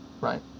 right